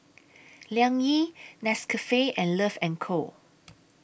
Liang Yi Nescafe and Love and Co